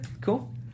Cool